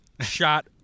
shot